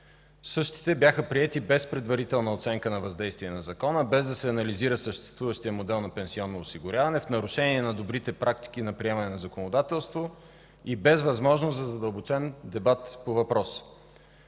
Същите бяха приети, без предварителна оценка на въздействие на закона, без да се анализира съществуващият модел на пенсионно осигуряване, в нарушение на добрите практики за приемане на законодателство и без възможност за задълбочен дебат по въпроса.